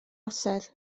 orsedd